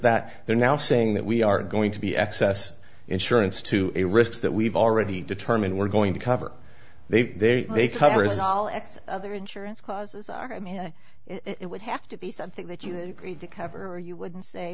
that they're now saying that we are going to be excess insurance to the risks that we've already determined we're going to cover they may cover isn't all x other insurance causes are i mean it would have to be something that you read to cover or you wouldn't say